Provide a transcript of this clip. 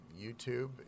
youtube